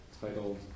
titled